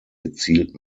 gezielt